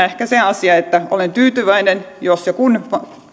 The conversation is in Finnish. ehkä se asia että olen tyytyväinen jos ja kun